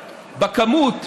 בכמות,